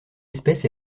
espèce